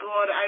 God